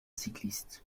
cycliste